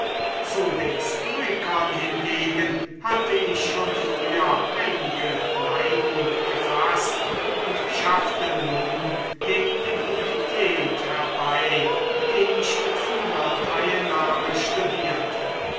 zu den stoikern hingegen hatte ich schon früher einige neigung gefaßt und schaffte nun den epiktet herbei den ich mit vieler teilnahme studierte